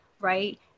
right